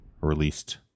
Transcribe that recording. released